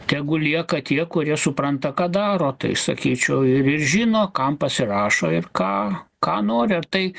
tegu lieka tie kurie supranta ką daro tai sakyčiau ir žino kam pasirašo ir ką ką nori ar tai